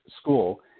school